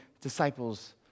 disciples